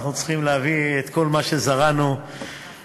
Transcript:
אנחנו צריכים להביא את כל מה שזרענו ועשינו.